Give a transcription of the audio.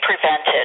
prevented